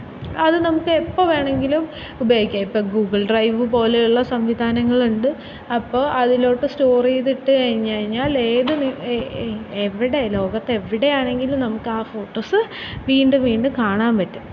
അത് നമുക്ക് എപ്പോൾ വേണമെങ്കിലും ഉപയോഗിക്കാം ഇപ്പം ഗൂഗിൾ ഡ്രൈവ് പോലെയുള്ള സംവിധാനങ്ങളുണ്ട് അപ്പോൾ അതിലോട്ട് സ്റ്റോർ ചെയ്ത് ഇട്ടു കഴിഞ്ഞു കഴിഞ്ഞാൽ ഏത് എവിടെ ലോകത്തെവിടെയാണെങ്കിലും നമുക്ക് ആ ഫോട്ടോസ് വീണ്ടും വീണ്ടും കാണാൻ പറ്റും